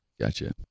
gotcha